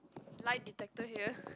lie detector here